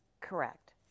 Correct